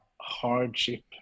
hardship